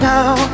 Now